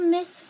Miss